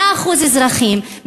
תודה.